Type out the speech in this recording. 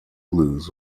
blues